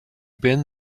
been